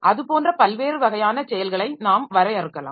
அது போன்ற பல்வேறு வகையான செயல்களை நாம் வரையறுக்கலாம்